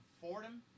Fordham